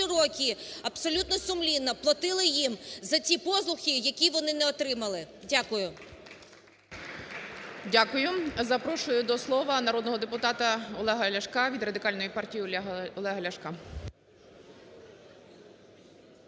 роки абсолютно сумлінно платили їм за ті послуги, які вони не отримали. Дякую. ГОЛОВУЮЧИЙ. Дякую. Запрошую до слова народного депутата Олега Ляшка від Радикальної партії Олега Ляшка.